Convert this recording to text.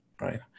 right